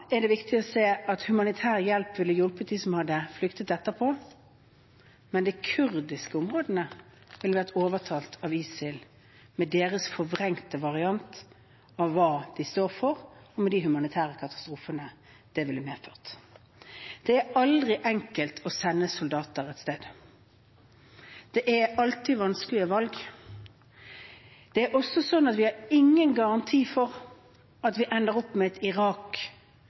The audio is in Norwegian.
er det viktig å se at humanitær hjelp ville hjulpet dem som hadde flyktet etterpå, men de kurdiske områdene ville vært overtatt av ISIL, med deres forvrengte variant av hva de står for, og med de humanitære katastrofene det ville medført. Det er aldri enkelt å sende soldater et sted. Det er alltid vanskelige valg. Jeg tror vi har store garantier for at vi ikke ender opp med et perfekt demokrati i Irak,